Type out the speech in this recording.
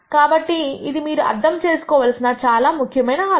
కాబట్టి ఇది మీరు అర్థం చేసుకోవలసిన చాలా ముఖ్యమైన ఆలోచన